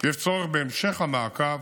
יש צורך בהמשך המעקב